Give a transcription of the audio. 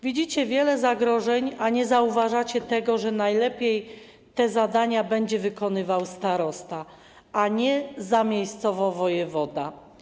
Widzicie wiele zagrożeń, a nie zauważacie tego, że najlepiej te zadania będzie wykonywał starosta, a nie - zamiejscowo - wojewoda.